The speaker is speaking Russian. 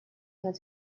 над